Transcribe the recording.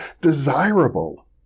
desirable